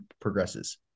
progresses